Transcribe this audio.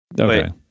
Okay